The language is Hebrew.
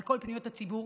על כל פניות הציבור,